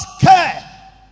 care